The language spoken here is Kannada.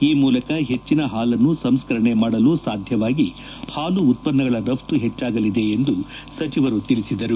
ಈ ಮೂಲಕ ಹೆಚ್ಚಿನ ಹಾಲನ್ನು ಸಂಸ್ಕರಣೆ ಮಾಡಲು ಸಾಧ್ಯವಾಗಿ ಹಾಲು ಉತ್ಪನ್ನಗಳ ರಫ್ತು ಹೆಚ್ಚಾಗಲಿವೆ ಎಂದು ಸಚಿವರು ತಿಳಿಸಿದರು